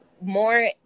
more